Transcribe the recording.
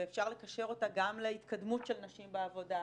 ואפשר לקשר אותה גם להתקדמות של נשים בעבודה,